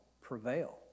prevail